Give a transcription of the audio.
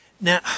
Now